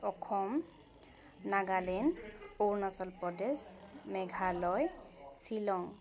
Assam Nagaland Arunachal Pradesh Meghalaya Shillong